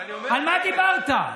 על מה דיברת?